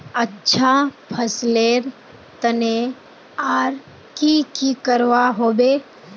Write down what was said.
अच्छा फसलेर तने आर की की करवा होबे?